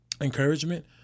encouragement